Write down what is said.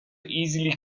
easily